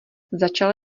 začal